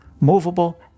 movable